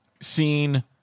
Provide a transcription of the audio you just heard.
seen